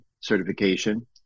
certification